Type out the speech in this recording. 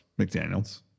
McDaniels